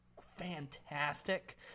fantastic